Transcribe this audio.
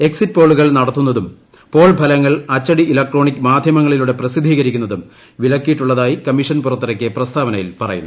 exit പോളുകൾ നടത്തുന്നതും poll ഫലങ്ങൾ അച്ചടി ഇലക്ട്രോണിക് മാധ്യമങ്ങളിലൂടെ പ്രസിദ്ധീകരിക്കുന്നതും വിലക്കിയിട്ടുള്ളതായി കമ്മിഷൻ പുറത്തിറക്കിയ പ്രസ്താവനയിൽ പറയുന്നു